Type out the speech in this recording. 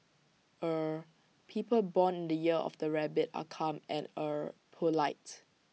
er people born in the year of the rabbit are calm and er polite